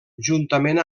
juntament